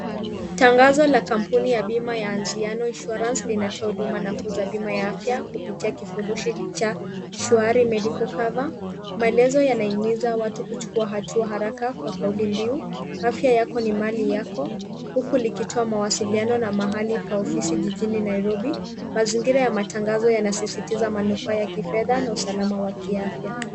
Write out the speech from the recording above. Tangazo la kampuni ya bima ya Anziano Insurance, linatoa huduma nafuu za bima ya afya kupitia kifurushi cha Swari Medical Cover. Maelezo yanaimiza watu kuchukua hatua haraka kwa kauli mbiu Afya yako ni mali yako huku likitoa mawasiliano na mahali pa ofisi jijini Nairobi, mazingira ya matangazo yana sisitiza manufaa ya kifedha na usalama wa kiafya.